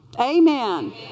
Amen